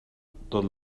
tot